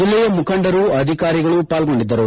ಜಿಲ್ಲೆಯ ಮುಖಂಡರು ಅಧಿಕಾರಿಗಳು ಪಾಲ್ಗೊಂಡಿದ್ದರು